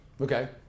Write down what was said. Okay